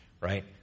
right